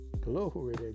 Glory